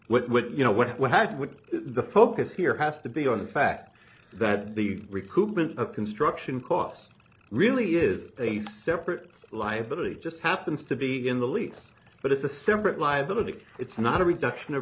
know what happened with the focus here have to be on the fact that the recoupment construction costs really is a separate liability just happens to be in the lease but it's a separate liability it's not a reduction of